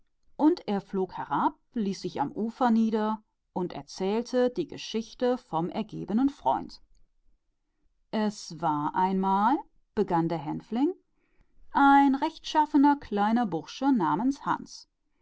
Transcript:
und er flog herunter ließ sich am ufer nieder und erzählte die geschichte vom ergebenen freund es war einmal ein braver kleiner kerl namens hans